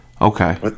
Okay